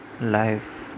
life